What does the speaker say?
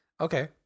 okay